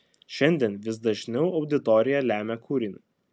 šiandien vis dažniau auditorija lemia kūrinį